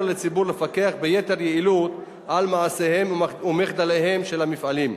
לציבור לפקח ביתר יעילות על מעשיהם ומחדליהם של המפעלים.